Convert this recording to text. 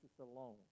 alone